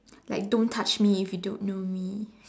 like don't touch me if you don't know me